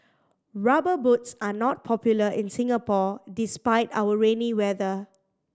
Rubber Boots are not popular in Singapore despite our rainy weather